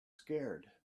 scared